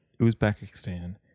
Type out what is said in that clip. Uzbekistan